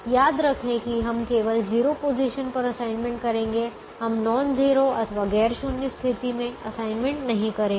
याद रखें कि हम केवल 0 पोजीशन पर असाइनमेंट करेंगे हम नॉन जीरो अथवा गैर शून्य स्थिति में असाइनमेंट नहीं करेंगे